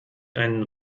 ein